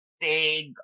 big